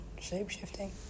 shape-shifting